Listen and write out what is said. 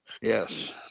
Yes